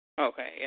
Okay